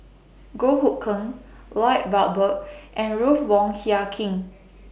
Goh Hood Keng Lloyd Valberg and Ruth Wong Hie King